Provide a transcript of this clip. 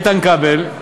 איתן כבל,